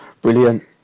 Brilliant